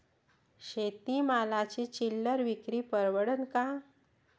शेती मालाची चिल्लर विक्री परवडन का?